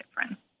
difference